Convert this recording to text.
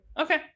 Okay